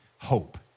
hope